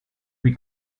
lui